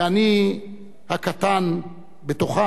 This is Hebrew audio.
ואני הקטן בתוכם,